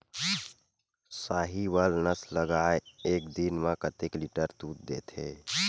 साहीवल नस्ल गाय एक दिन म कतेक लीटर दूध देथे?